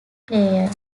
player